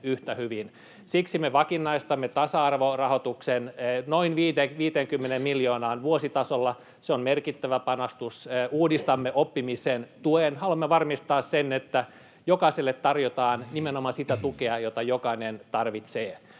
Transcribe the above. Siksi me vakinaistamme tasa-arvorahoituksen noin 50 miljoonaan vuositasolla, se on merkittävä panostus. Uudistamme oppimisen tuen. Haluamme varmistaa sen, että jokaiselle tarjotaan nimenomaan sitä tukea, jota jokainen tarvitsee